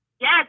Yes